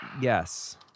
Yes